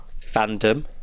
fandom